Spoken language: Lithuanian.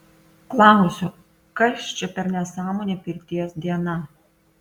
klausiu kas čia per nesąmonė pirties diena